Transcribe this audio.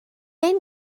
ein